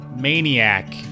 maniac